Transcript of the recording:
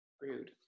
Rude